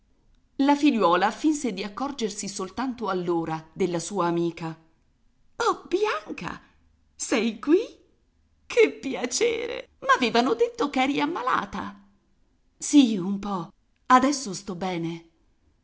la figliuola finse di accorgersi soltanto allora della sua amica oh bianca sei qui che piacere m'avevano detto ch'eri ammalata sì un po adesso sto bene